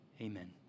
amen